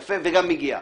יפה, וגם מגיע.